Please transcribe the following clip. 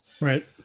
right